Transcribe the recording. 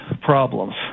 problems